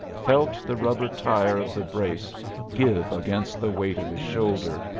felt the rubber tire of the brace give against the weight of his shoulder,